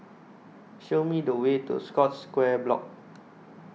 Show Me The Way to Scotts Square Block